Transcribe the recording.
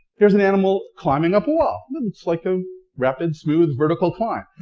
here's an animal climbing up a wall. it looks like a rapid, smooth, vertical climb,